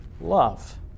love